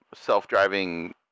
self-driving